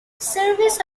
service